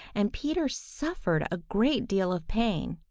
and peter suffered a great deal of pain.